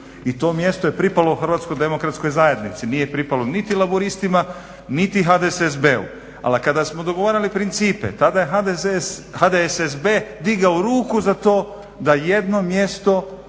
i to mjesto je pripalo HDZ-u. Nije pripalo niti Laburistima, niti HDSSB-u. Ali kada smo dogovarali principe tada je HDSSB digao ruku za to da jedno mjesto